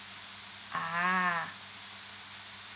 ah